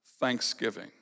thanksgiving